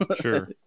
sure